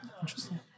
Interesting